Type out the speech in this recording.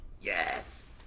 Yes